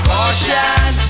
Caution